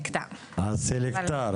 סלקטר,